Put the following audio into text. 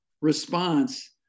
response